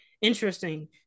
interesting